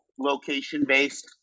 location-based